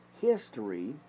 history